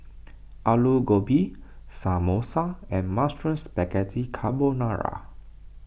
Alu Gobi Samosa and Mushroom Spaghetti Carbonara